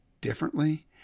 differently